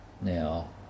now